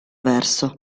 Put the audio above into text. verso